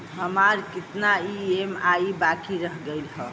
हमार कितना ई ई.एम.आई बाकी रह गइल हौ?